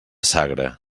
sagra